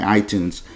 iTunes